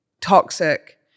toxic